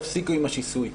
תפסיקו עם השיסוי.